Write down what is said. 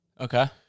Okay